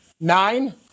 Nine